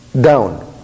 down